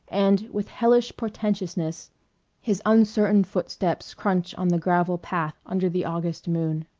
and with hellish portentousness his uncertain footsteps crunch on the gravel path under the august moon.